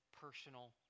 personal